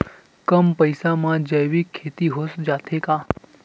कम पईसा मा जैविक खेती हो जाथे का?